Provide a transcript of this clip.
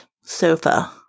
sofa